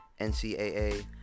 ncaa